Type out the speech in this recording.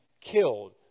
killed